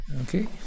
Okay